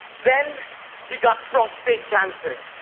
then he got prostate cancer.